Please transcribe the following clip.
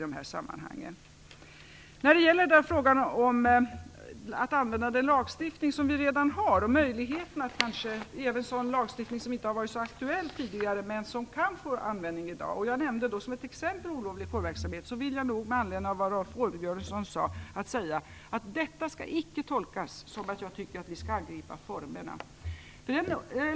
Det talades om möjligheten att använda den lagstiftning som vi redan har och även möjligheten att använda sådan lagstiftning som inte har varit så aktuell tidigare men som kan få användning i dag. Jag nämnde olovlig kårverksamhet som exempel. Med anledning av vad Rolf Åbjörnsson sade, vill jag då säga att detta icke skall tolkas så att jag tycker att vi skall angripa formerna.